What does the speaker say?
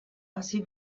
hasi